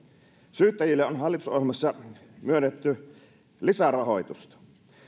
syyttäjille on hallitusohjelmassa myönnetty lisärahoitusta